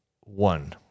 one